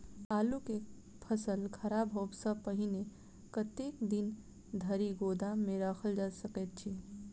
आलु केँ फसल खराब होब सऽ पहिने कतेक दिन धरि गोदाम मे राखल जा सकैत अछि?